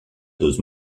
dos